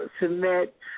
submit